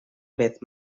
vez